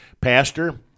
Pastor